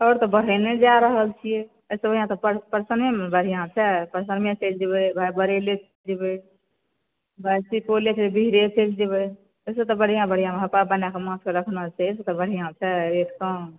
आओर तऽ बढ़ेने जा रहल छियै एहिसॅं बढ़िआँ तऽ परसमे ने बढ़िआँ छै परसमे चलि जेबै बरेलय चलि जेबै सुपौले बिहरे चलि जेबै एहिसॅं तऽ बढ़िआँ बढ़िआँ सभ बनाके माछसभ रखने छै बढ़िआँ छै रेट तऽ